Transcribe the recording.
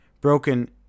broken